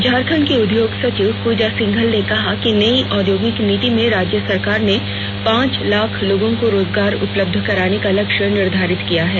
झारखंड की उद्योग सचिव पूजा सिंघल ने कहा कि नई औद्योगिक नीति में राज्य सरकार ने पांच लाख लोगों को रोजगार उपलब्ध कराने का लक्ष्य निर्धारित किया है